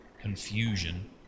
confusion